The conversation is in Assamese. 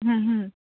ও হু